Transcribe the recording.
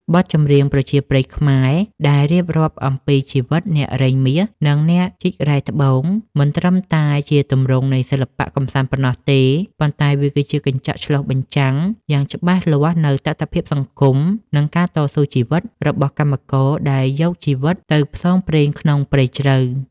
បទចម្រៀងប្រជាប្រិយខ្មែរដែលរៀបរាប់អំពីជីវិតអ្នករែងមាស និងអ្នកជីករ៉ែត្បូង មិនត្រឹមតែជាទម្រង់នៃសិល្បៈកម្សាន្តប៉ុណ្ណោះទេ ប៉ុន្តែវាគឺជាកញ្ចក់ឆ្លុះបញ្ចាំងយ៉ាងច្បាស់លាស់នូវតថភាពសង្គម និងការតស៊ូជីវិតរបស់កម្មករដែលយកជីវិតទៅផ្សងព្រេងក្នុងព្រៃជ្រៅ។